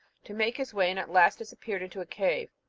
to make his way, and at last disappeared into a cave,